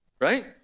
right